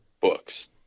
books